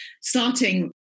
starting